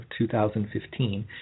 2015